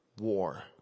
war